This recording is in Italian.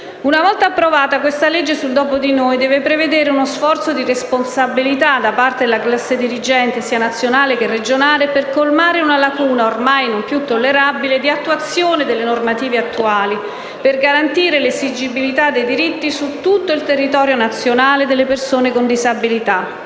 Una volta approvata, questa legge sul "dopo di noi" deve richiedere uno sforzo di responsabilità da parte della classe dirigente nazionale e regionale per colmare una lacuna, ormai non più tollerabile, di attuazione delle normative attuali, per garantire l'esigibilità dei diritti su tutto il territorio nazionale alle persone con disabilità.